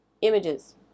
images